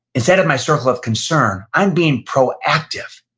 instead of my circle of concern, i'm being proactive.